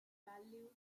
value